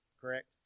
correct